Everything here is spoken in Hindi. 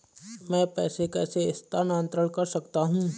मैं पैसे कैसे स्थानांतरण कर सकता हूँ?